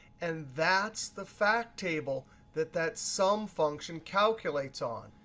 and that's the fact table that that sum function calculates on.